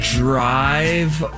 drive